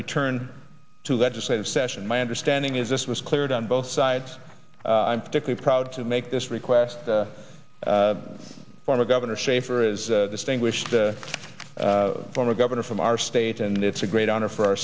return to legislative session my understanding is this was cleared on both sides i'm particularly proud to make this request the former governor schaefer is distinguished the former governor from our state and it's a great honor for our